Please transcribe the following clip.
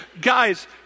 Guys